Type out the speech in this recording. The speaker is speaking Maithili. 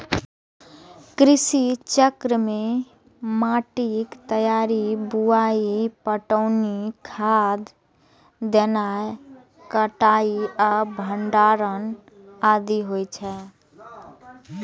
कृषि चक्र मे माटिक तैयारी, बुआई, पटौनी, खाद देनाय, कटाइ आ भंडारण आदि होइ छै